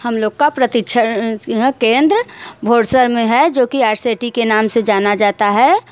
हम लोग का प्रशिक्षण यह केंद्र भोरसर में हैं जो कि आर सी टी से नाम से जाना जाता है